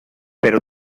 pero